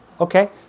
okay